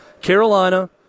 Carolina